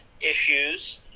issues